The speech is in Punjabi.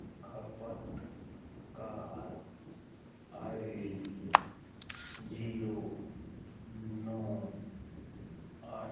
ਖਪਤਕਾਰ ਆਈਡੀ ਜੀਰੋ ਨੌਂ ਅੱਠ